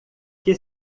que